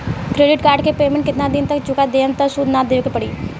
Credit card के payment केतना दिन तक चुका देहम त सूद ना देवे के पड़ी?